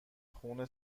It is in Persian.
خون